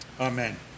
Amen